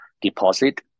deposit